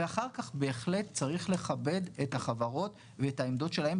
ואחר כך בהחלט צריך לכבד את החברות ואת העמדות שלהם.